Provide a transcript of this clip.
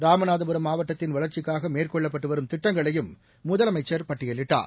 ராமநாதபுரம் மாவட்டத்தின் வளர்ச்சிக்காக மேற்கொள்ளப்பட்டு வரும் திட்டங்களையும் முதலமைச்சர் பட்டியலிட்டார்